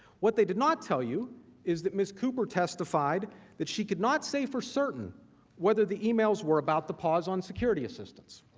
what they did not tell you is that miss cooper testified that she could not say for certain whether the emails were about the pause on security assistance,